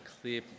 clear